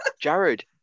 Jared